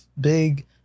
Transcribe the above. big